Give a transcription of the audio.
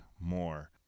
more